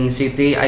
city